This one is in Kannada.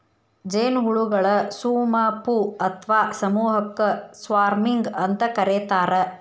ಜೇನುಹುಳಗಳ ಸುಮಪು ಅತ್ವಾ ಸಮೂಹಕ್ಕ ಸ್ವಾರ್ಮಿಂಗ್ ಅಂತ ಕರೇತಾರ